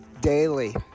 daily